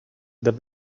that